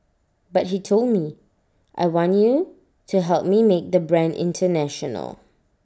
but he told me I want you to help me make the brand International